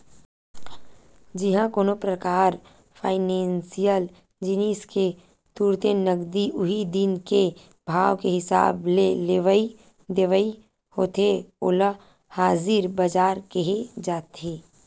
जिहाँ कोनो परकार फाइनेसियल जिनिस के तुरते नगदी उही दिन के भाव के हिसाब ले लेवई देवई होथे ओला हाजिर बजार केहे जाथे